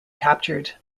captured